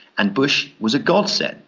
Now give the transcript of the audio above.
and bush was a godsend.